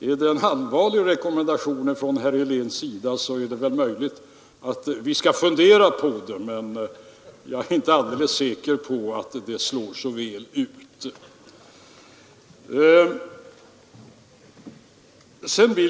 Är det en allvarlig rekommendation från herr Heléns sida, så kan vi väl fundera på det, men jag är inte säker på att vi följer det.